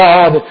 God